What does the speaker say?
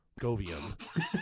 Govium